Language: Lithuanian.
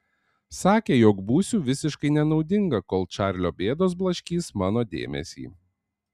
sakė jog būsiu visiškai nenaudinga kol čarlio bėdos blaškys mano dėmesį